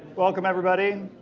welcome, everybody.